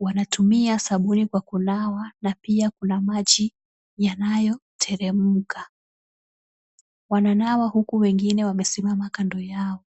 Wanatumia sabuni kwa kunawa na pia kuna maji yanayoteremka. Wananawa huku wengine wamesimama kando yao.